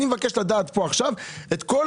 אני מבקש לדעת פה עכשיו את כל